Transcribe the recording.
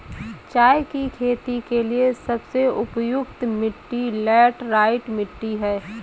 चाय की खेती के लिए सबसे उपयुक्त मिट्टी लैटराइट मिट्टी है